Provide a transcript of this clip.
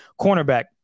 cornerback